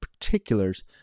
particulars